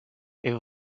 est